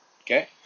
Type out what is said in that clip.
Okay